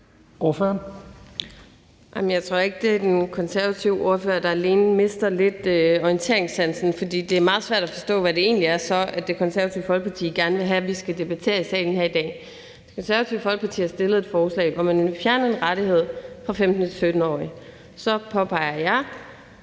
Jeg tror ikke, det alene er den konservative ordfører, der lidt mister orienteringssansen, for det er meget svært at forstå, hvad det så egentlig er, Det Konservative Folkeparti gerne vil have vi skal debattere i salen her i dag. Det Konservative Folkeparti har fremsat et forslag, hvor man vil fjerne en rettighed for 15-17-årige. Så påpeger jeg,